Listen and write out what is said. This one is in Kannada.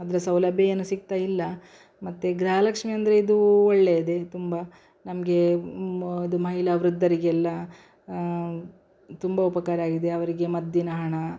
ಅದರ ಸೌಲಭ್ಯ ಏನು ಸಿಗ್ತಾ ಇಲ್ಲ ಮತ್ತು ಗೃಹಲಕ್ಷ್ಮೀ ಅಂದರೆ ಇದು ಒಳ್ಳೆಯದೆ ತುಂಬ ನಮಗೆ ಇದು ಮಹಿಳಾ ವೃದ್ಧರಿಗೆಲ್ಲ ತುಂಬ ಉಪಕಾರ ಆಗಿದೆ ಅವರಿಗೆ ಮದ್ದಿನ ಹಣ